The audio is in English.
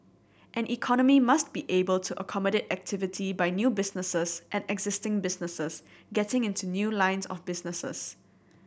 an economy must be able to accommodate activity by new businesses and existing businesses getting into new lines of businesses